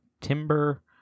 Timber